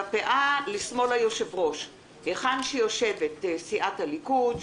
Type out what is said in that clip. בפאה לשמאל היושב-ראש היכן שיושבת סיעת הליכוד,